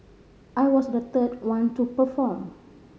I was the third one to perform